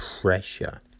pressure